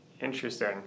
interesting